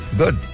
good